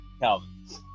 Calvin